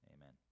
amen